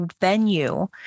venue